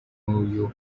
uyu